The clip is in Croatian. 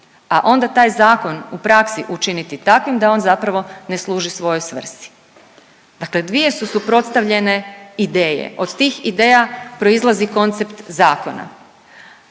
a onda taj zakon u praksi učiniti takvim da on zapravo ne služi svojoj svrsi, dakle dvije su dvije suprotstavljene ideje, od tih ideja proizlazi koncept zakona.